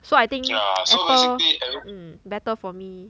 so I think apple mm better for me